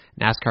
NASCAR